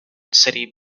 city